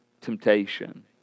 Temptation